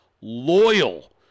loyal